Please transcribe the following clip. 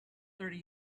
thirty